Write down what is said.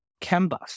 canvas